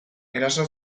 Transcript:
eraso